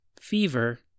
fever